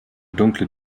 dunkle